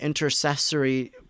intercessory